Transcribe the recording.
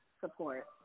support